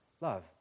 love